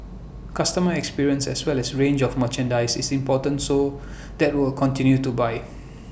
customer experience as well as range of merchandise is important so that will continue to buy